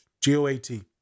G-O-A-T